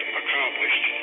accomplished